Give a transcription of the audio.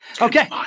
Okay